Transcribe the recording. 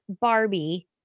Barbie